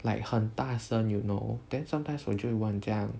like 很大声 you know then sometimes 我就会问